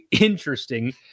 interesting